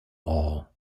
all